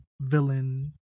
villain